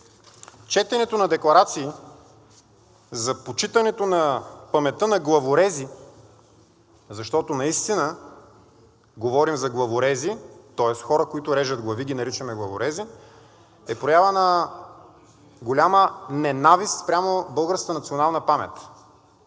Четенето на декларации за почитането на паметта на главорези, защото наистина говорим за главорези, тоест хора, които режат глави, ги наричаме главорези, е проява на голяма ненавист спрямо